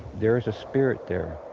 there is a spirit there,